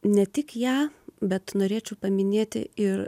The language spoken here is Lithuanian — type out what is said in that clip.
ne tik ją bet norėčiau paminėti ir